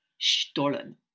Stollen